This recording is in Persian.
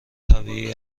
طبیعی